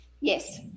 Yes